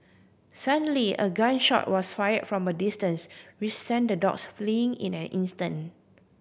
suddenly a gun shot was fired from a distance which sent the dogs fleeing in an instant